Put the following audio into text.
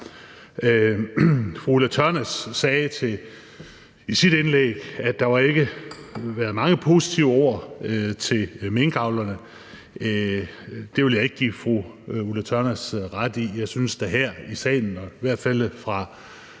Fru Ulla Tørnæs sagde i sit indlæg, at der ikke havde været mange positive ord til minkavlerne. Det vil jeg ikke give fru Ulla Tørnæs ret i. Jeg synes, der her i salen – i hvert fald fra